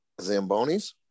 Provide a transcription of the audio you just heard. zambonis